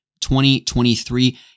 2023